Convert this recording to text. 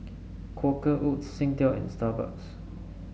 Quaker Oats Singtel and Starbucks